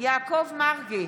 ישראל אייכלר,